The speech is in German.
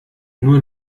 nur